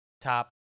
top